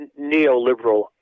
neoliberal